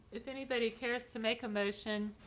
if anybody cares to make a motion,